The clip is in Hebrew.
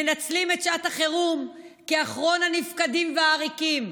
מנצלים את שעת החירום כאחרון הנפקדים והעריקים,